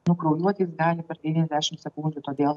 nukraujuoti jis gali per devyniasdešim sekundžių todėl